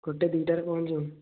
ଗୋଟେ ଦୁଇଟାରେ ପହଞ୍ଚିବୁ